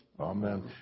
Amen